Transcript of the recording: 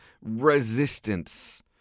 resistance